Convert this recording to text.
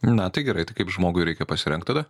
na tai gerai tai kaip žmogui reikia pasirengt tada